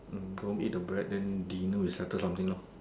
go home eat the bread then dinner we settle something lor